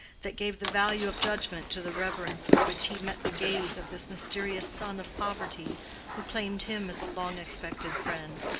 that gave the value of judgment to the reverence with which he met the gaze of this mysterious son of poverty who claimed him as a long-expected friend.